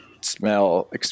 smell